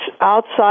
outside